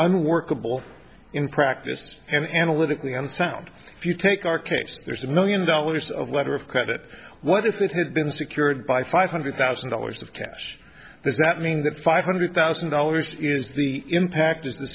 unworkable in practice and analytically unsound if you take our case there's a million dollars of letter of credit what if it had been secured by five hundred thousand dollars of cash is that mean that five hundred thousand dollars is the impact of the